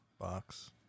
box